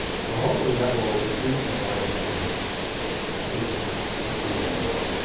so hopefully that will reduce the amount of injuries that people receive on bart.